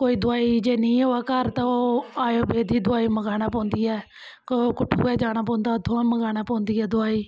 कोई दवाई जे नेईं होऐ घर ते ओह् अयुर्वेदिक दवाई मंगाना पौंदी ऐ कठुऐ जाना पौंदा ऐ उत्थूं दा मंगाना पौंदी ऐ दवाई